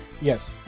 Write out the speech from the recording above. Yes